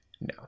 no